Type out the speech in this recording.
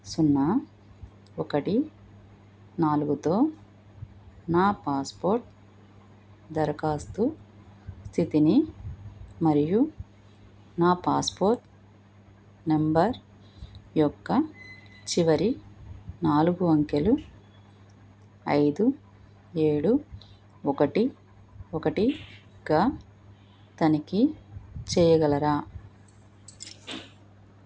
సున్నా ఒకటి నాలుగుతో నా పాస్పోర్ట్ దరఖాస్తు స్థితిని మరియు నా పాస్పోర్ట్ నెంబర్ యొక్క చివరి నాలుగు అంకెలు ఐదు ఏడు ఒకటి ఒకటి గా తనిఖీ చేయగలరా